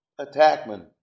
attackman